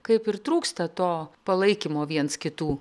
kaip ir trūksta to palaikymo viens kitų